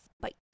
bite